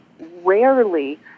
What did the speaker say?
rarely